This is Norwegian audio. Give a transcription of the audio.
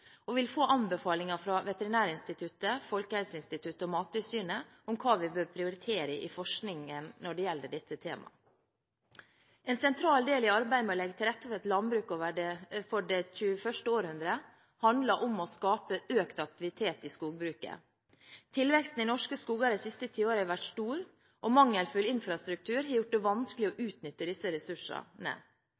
vi vil få anbefalinger fra Veterinærinstituttet, Folkehelseinstituttet og Mattilsynet om hva vi bør prioritere i forskningen når det gjelder dette temaet. En sentral del i arbeidet med å legge til rette for et landbruk for det 21. århundret handler om å skape økt aktivitet i skogbruket. Tilveksten i norske skoger de siste tiårene har vært stor, og mangelfull infrastruktur har gjort det vanskelig å utnytte disse ressursene.